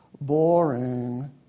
boring